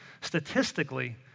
statistically